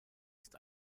ist